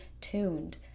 tuned